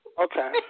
okay